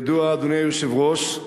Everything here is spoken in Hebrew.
אדוני היושב-ראש,